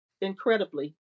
incredibly